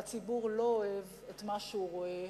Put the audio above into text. והציבור לא אוהב את מה שהוא רואה,